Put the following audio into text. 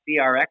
crx